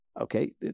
Okay